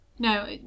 No